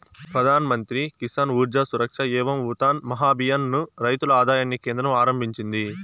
ప్రధాన్ మంత్రి కిసాన్ ఊర్జా సురక్ష ఏవం ఉత్థాన్ మహాభియాన్ ను రైతుల ఆదాయాన్ని కేంద్రం ఆరంభించింది